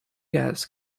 gas